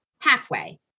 halfway